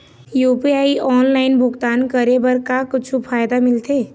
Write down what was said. UPI online भुगतान करे बर का कुछू फायदा मिलथे?